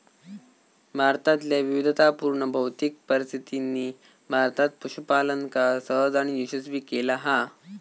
भारतातल्या विविधतापुर्ण भौतिक परिस्थितीनी भारतात पशूपालनका सहज आणि यशस्वी केला हा